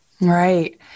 Right